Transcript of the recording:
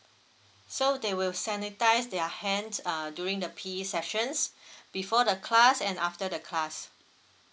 so they will sanitise their hands uh during the P_E sessions before the class and after the class